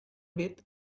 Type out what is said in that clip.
with